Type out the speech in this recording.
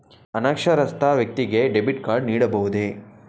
ಅನಕ್ಷರಸ್ಥ ವ್ಯಕ್ತಿಗೆ debit card ನೀಡಬಹುದೇ?